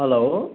hello